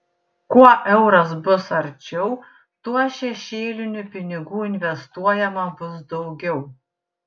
kuo euras bus arčiau tuo šešėlinių pinigų investuojama bus daugiau